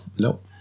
Nope